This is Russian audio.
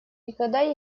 никогда